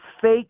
fake